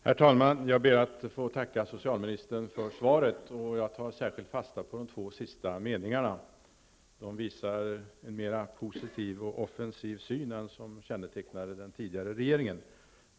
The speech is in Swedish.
Herr talman! Jag ber att få tacka socialministern för svaret. Jag tar särskilt fasta på de två avslutande meningarna, som visar en mer positiv och offensiv syn än den som kännetecknade den tidigare regeringen.